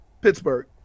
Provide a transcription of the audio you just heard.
Pittsburgh